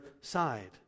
side